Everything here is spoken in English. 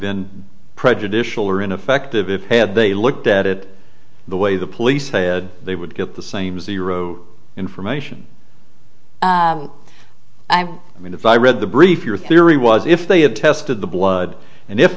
been prejudicial or ineffective if they looked at it the way the police say they would get the same zero information i mean if i read the brief your theory was if they had tested the blood and if